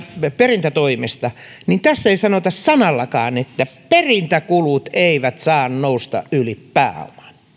perintätoimesta niin tässä ei sanota sanallakaan että perintäkulut eivät saa nousta yli pääoman